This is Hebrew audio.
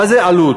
מה זה עלות?